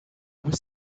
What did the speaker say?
was